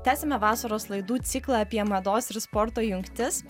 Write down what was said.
tęsiame vasaros laidų ciklą apie mados ir sporto jungtis